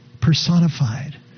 personified